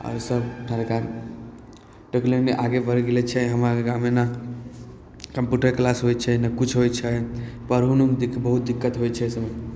आर सब ठाढ़े ठाढ़ आगे बढ़ि गेलै छै हमर गाममे ने कम्प्यूटर किलास होइ छै नहि किछु होइ छै पढ़ैओमे बहुत दिक्कत होइ छै